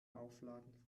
aufladen